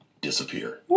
disappear